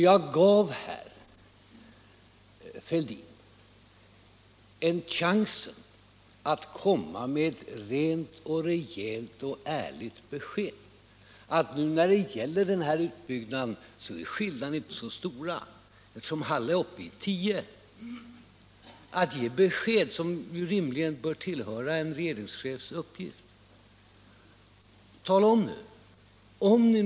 Jag gav herr Fälldin chansen att ge ett rent, rejält och ärligt besked, av innebörden att skillnaderna när det gäller denna utbyggnad inte är så stora, eftersom ni nuäruppei tio reaktorer. Det bör rimligen tillhöra en regeringschefs uppgift att lämna den typen av besked. Tala om hur det ligger till!